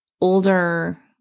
older